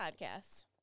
podcast